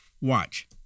Watch